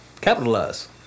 Capitalize